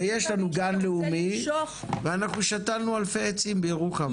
ויש לנו גן לאומי ושתלנו אלפי עצים בירוחם.